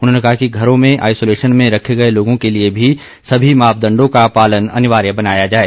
उन्होंने कहा कि घरों में आइसोलेशन में रखे गए लोगों के लिए भी सभी मापदण्डों का पालन अनिवार्य बनाया जाए